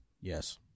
Yes